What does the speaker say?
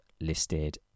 listed